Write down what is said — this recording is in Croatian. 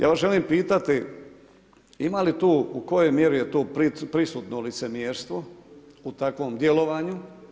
Ja vas želim pitati ima li tu, u kojoj mjeri je tu prisutno licemjerstvo u takvom djelovanju?